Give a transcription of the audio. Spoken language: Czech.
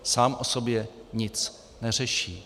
Sám o sobě nic neřeší.